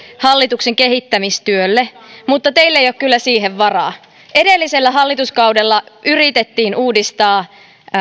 hallituksen kehittämistyölle mutta teillä ei ole kyllä siihen varaa edellisellä hallituskaudella yritettiin uudistaa